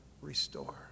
restore